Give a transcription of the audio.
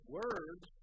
words